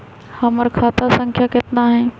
हमर खाता संख्या केतना हई?